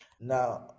now